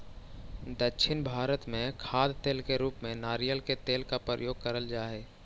दक्षिण भारत में खाद्य तेल के रूप में नारियल के तेल का प्रयोग करल जा हई